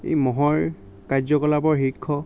এই মহৰ কাৰ্য কলাপৰ শীৰ্ষ